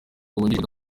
wungirije